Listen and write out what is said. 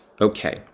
Okay